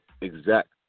exact